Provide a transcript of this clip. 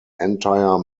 entire